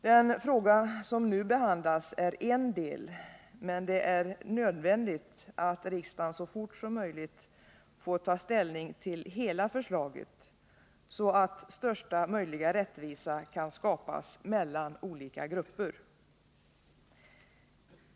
Den fråga som nu behandlas är en del, men det är nödvändigt att riksdagen så fort som möjligt får ta ställning till hela förslaget, så att största möjliga rättvisa kan skapas mellan olika grupper.